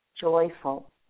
joyful